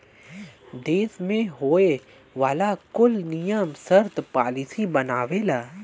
देस मे होए वाला कुल नियम सर्त पॉलिसी बनावेला